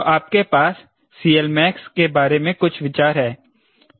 तो आपके पास CLmax के बारे में कुछ विचार है